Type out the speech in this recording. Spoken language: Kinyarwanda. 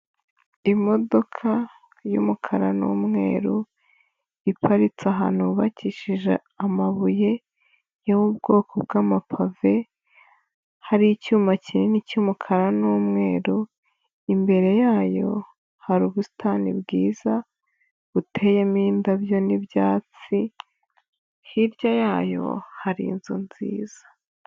Imodoka y'umukara n'umweru, iparitse ahantu hubakishije amabuye yo mu bwoko bw'amapave, hari icyuma kinini cy'umukara n'umweru, imbere yayo hari ubusitani bwiza buteyemo indabyo n'ibyatsi, hirya yayo hari inzu nziza.